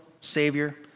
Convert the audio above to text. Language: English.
Savior